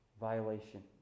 violation